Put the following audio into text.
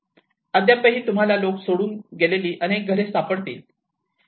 अद्यापही तुम्हाला लोक सोडून गेलेली अनेक घरे सापडतील